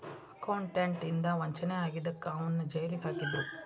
accountant ಇಂದಾ ವಂಚನೆ ಆಗಿದಕ್ಕ ಅವನ್ನ್ ಜೈಲಿಗ್ ಹಾಕಿದ್ರು